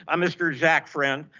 um mr. jack friend.